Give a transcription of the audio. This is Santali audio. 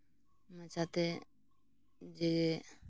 ᱢᱟᱪᱷᱟ ᱛᱮ ᱡᱮ